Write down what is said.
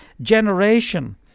generation